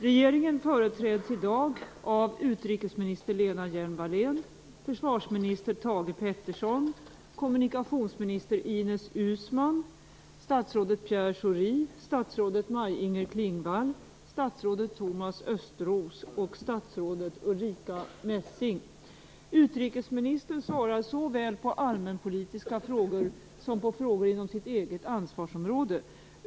Regeringen företräds i dag av utrikesminister Lena Hjelm-Wallén, försvarsminister Thage G Peterson, kommunikationsminister Ines Uusmann, statsrådet Pierre Schori, statsrådet Maj-Inger Klingvall, statsrådet Thomas Utrikesministern svarar såväl på allmänpolitiska frågor som på frågor inom sitt eget ansvarsområde.